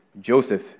Joseph